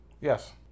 Yes